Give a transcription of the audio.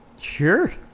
Sure